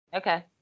okay